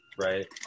Right